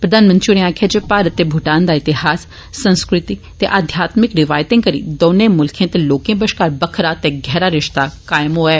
प्रधानमंत्री होरें आक्खेआ जे भारत ते भूटान दा इतिहास संस्कृति ते आध्यात्मिक रिवायतें करी दौनें मुल्खे ते लोकें बश्कार बक्खरा ते गहरा रिश्ता कायम होआ ऐ